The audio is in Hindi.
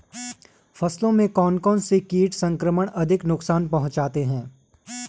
फसलों में कौन कौन से कीट संक्रमण अधिक नुकसान पहुंचाते हैं?